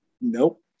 Nope